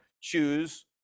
choose